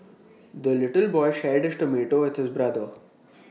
the little boy shared his tomato with his brother